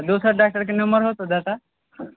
दोसर डॉक्टर के नम्बर हो तऽ दै तऽ